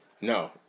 No